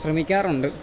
ശ്രമിക്കാറുണ്ട്